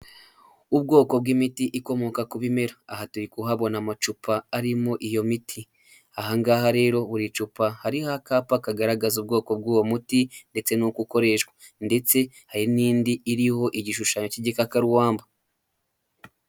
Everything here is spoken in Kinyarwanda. Ubwoko bw'imiti ikomoka ku bimera; aha turi kuhabona amacupa arimo iyo miti. Aha ngaha rero buri cupa hariho akapa kagaragaza ubwoko bw'uwo muti ndetse n'uko ukoreshwa. Ndetse hari n'indi iriho igishushanyo cy'igikakaruwamba.